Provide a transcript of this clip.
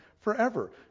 forever